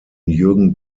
jürgen